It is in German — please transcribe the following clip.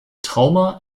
trauma